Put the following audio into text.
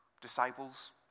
Disciples